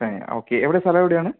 Shreya okay എവിടെയാണ് സ്ഥലം എവിടെയാണ്